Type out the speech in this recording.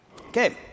Okay